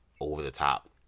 over-the-top